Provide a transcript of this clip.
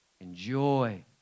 Enjoy